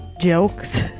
jokes